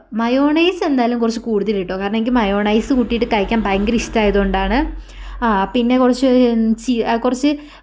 mayonnaise എന്തായാലും കുറച്ച് കൂടുതലിട്ടോ കാരണം എനിക്ക് മയോണൈസ് കൂട്ടിയിട്ട് കഴിക്കാൻ ഭയങ്കര ഇഷ്ടമായത് കൊണ്ടാണ് ആ പിന്നെ കുറച്ച് ചി കുറച്ച്